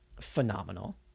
phenomenal